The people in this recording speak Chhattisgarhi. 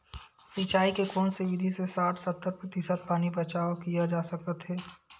सिंचाई के कोन से विधि से साठ सत्तर प्रतिशत पानी बचाव किया जा सकत हे?